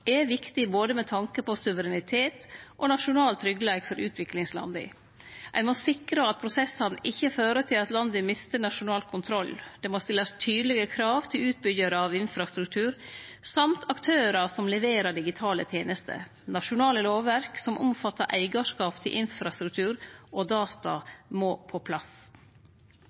er viktig, med tanke på både suverenitet og nasjonal tryggleik for utviklingslanda. Ein må sikre at prosessane ikkje fører til at landa mistar nasjonal kontroll. Det må stillast tydelege krav til utbyggjarar av infrastruktur og til aktørar som leverer digitale tenester. Nasjonale lovverk som omfattar eigarskap til infrastruktur og data, må på plass.